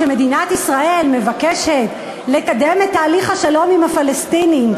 כשמדינת ישראל מבקשת לקדם את תהליך השלום עם הפלסטינים,